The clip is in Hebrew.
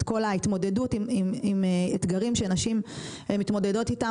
את כל ההתמודדות עם אתגרים שנשים מתמודדות איתם